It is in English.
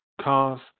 cars